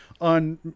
on